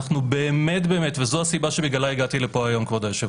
אנחנו באמת זו הסיבה בגללה הגעתי לכאן היום כבוד היושב